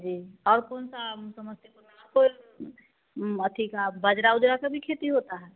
जी और कौनसा आम समस्तीपुर में उम्म अथी का बजरा उजरा का भी खेती होता है